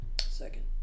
second